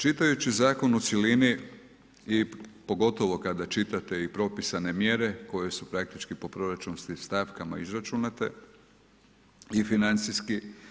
Čitajući zakon u cjelini i pogotovo kada čitate i propisane mjere koje su praktički po proračunskim stavkama izračunate i financijski.